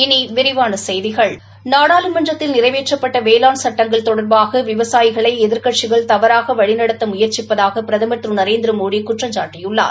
இனி விரிவான செய்திகள் நாடாளுமன்றத்தில் நிறைவேற்றப்பட்ட வேளாண் சட்டங்கள் தொடர்பாக விவசாயிகளை எதிர்க்கட்சிகள் தவறாக வழிநடத்த முயற்சிப்பதாக பிரதமர் திரு நரேந்திரமோடி குற்றம்சாப்டியுள்ளார்